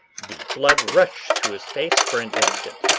the blood rushed to his face for an instant,